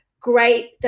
great